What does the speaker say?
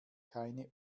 keine